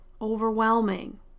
overwhelming